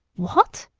what!